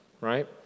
right